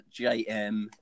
JM